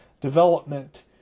development